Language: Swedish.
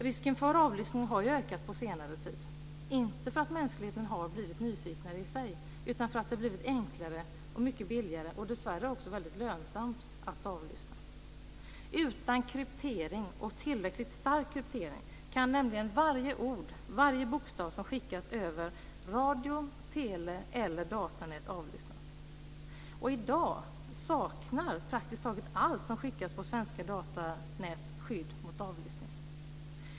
Risken för avlyssning har ökat på senare tid, inte för att mänskligheten har blivit nyfiknare i sig, utan för att det blivit enklare och mycket billigare, och dessvärre också väldigt lönsamt, att avlyssna. Utan kryptering, och tillräckligt stark kryptering, kan nämligen varje ord och varje bokstav som skickas över radio-, tele eller datanät avlyssnas. I dag saknar praktiskt taget allt som skickas på svenska datanät skydd mot avlyssning.